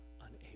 unable